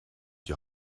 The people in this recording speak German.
die